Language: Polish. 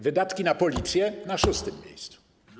Wydatki na Policję - na 6. miejscu.